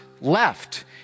left